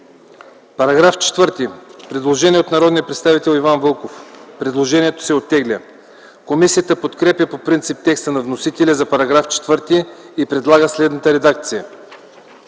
По § 4 има предложение от народния представител Иван Вълков, което е оттеглено. Комисията подкрепя по принцип текста на вносителя за § 4 и предлага следната редакция: